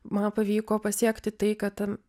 man pavyko pasiekti tai kad ten